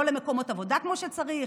לא למקומות עבודה כמו שצריך.